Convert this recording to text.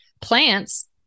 plants